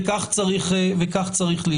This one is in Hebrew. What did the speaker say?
וכך צריך להיות.